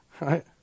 right